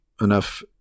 Enough